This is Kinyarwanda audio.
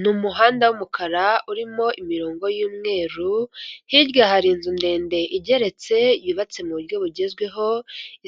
Ni umuhanda w'umukara urimo imirongo y'umweru hirya hari inzu ndende igeretse yubatse mu buryo bugezweho